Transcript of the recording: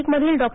नाशिकमधील डॉ